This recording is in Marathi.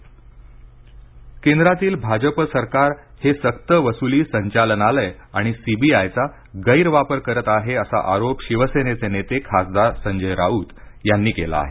राउत केंद्रातील भाजप सरकार हे सक्त वसूली संचालनालय आणि सीबीआयचा गैरवापर करीत आहे असा आरोप शिवसेनेचे नेते खासदार संजय राऊत यांनी केला आहे